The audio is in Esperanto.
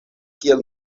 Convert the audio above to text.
kiel